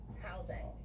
housing